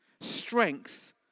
strength